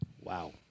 Wow